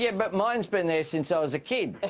yeah but mine's been there since i was a kid.